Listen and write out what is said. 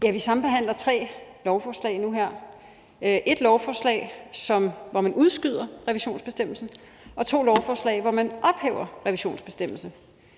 Tak. Vi sambehandler nu her tre lovforslag – et lovforslag, hvor man udskyder revisionsbestemmelsen, og to lovforslag, hvor man ophæver en revisionsbestemmelse.